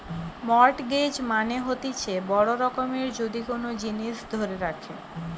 mortgage মানে হতিছে বড় রকমের যদি কোন জিনিস ধরে রাখে